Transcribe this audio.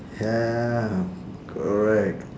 ya correct